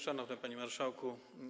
Szanowny Panie Marszałku!